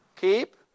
Keep